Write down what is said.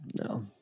no